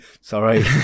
Sorry